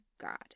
God